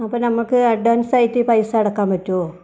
അപ്പം നമുക്ക് അഡ്വാൻസായിട്ട് പൈസ അടക്കാൻ പറ്റുമോ